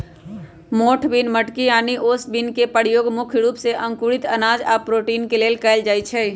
मोठ बिन मटकी आनि ओस बिन के परयोग मुख्य रूप से अंकुरित अनाज आ प्रोटीन के लेल कएल जाई छई